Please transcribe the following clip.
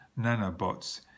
nanobots